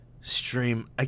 stream